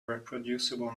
reproducible